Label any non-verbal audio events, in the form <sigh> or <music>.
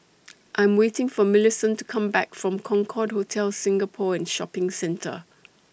<noise> I Am waiting For Millicent to Come Back from Concorde Hotel Singapore and Shopping Centre